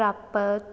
ਪ੍ਰਾਪਤ